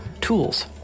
tools